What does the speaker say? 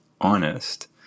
honest